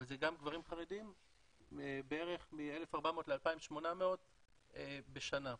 אבל זה גם גברים חרדים, מ-1,400 ל-2,800 בשנה.